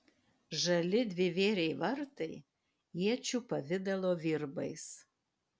žali dvivėriai vartai iečių pavidalo virbais